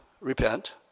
repent